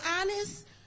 honest